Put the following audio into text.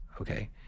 Okay